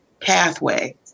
pathway